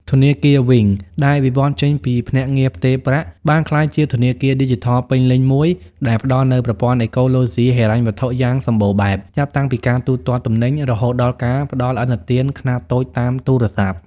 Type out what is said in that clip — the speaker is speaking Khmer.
ធនាគារ វីង (Wing ) ដែលវិវត្តន៍ចេញពីភ្នាក់ងារផ្ទេរប្រាក់ បានក្លាយជាធនាគារឌីជីថលពេញលេញមួយ ដែលផ្ដល់នូវប្រព័ន្ធអេកូឡូស៊ីហិរញ្ញវត្ថុយ៉ាងសម្បូរបែប ចាប់តាំងពីការទូទាត់ទំនិញ រហូតដល់ការផ្ដល់ឥណទានខ្នាតតូចតាមទូរស័ព្ទ។